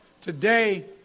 today